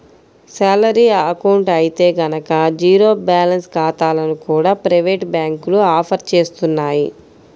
salary account అయితే గనక zero balance ఖాతాలను కూడా ప్రైవేటు బ్యాంకులు ఆఫర్ చేస్తున్నాయి